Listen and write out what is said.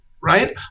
right